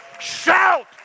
Shout